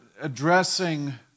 addressing